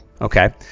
Okay